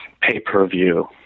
pay-per-view